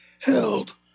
held